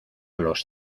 los